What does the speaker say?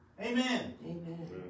Amen